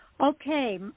Okay